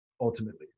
ultimately